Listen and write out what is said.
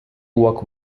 walk